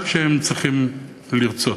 רק שהם צריכים לרצות.